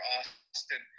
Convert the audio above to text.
Austin